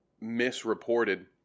misreported